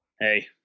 hey